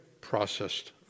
processed